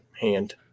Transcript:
hand